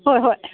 ꯍꯣꯏ ꯍꯣꯏ